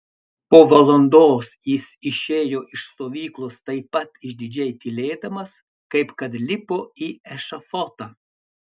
po valandos jis išėjo iš stovyklos taip pat išdidžiai tylėdamas kaip kad lipo į ešafotą